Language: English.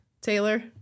taylor